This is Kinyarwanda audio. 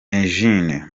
eugene